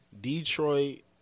Detroit